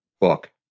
book